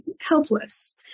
helpless